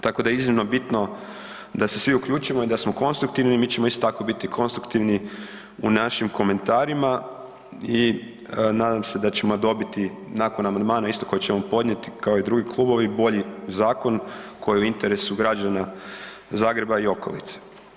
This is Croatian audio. Tako da je iznimno bitno da se svi uključimo i da smo konstruktivni i mi ćemo isto tako biti konstruktivni u našim komentarima i nadam se da ćemo dobiti nakon amandmana koje ćemo podnijeti kao i drugi klubovi bolji zakon koji je u interesu građana Zagreba i okolice.